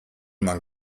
man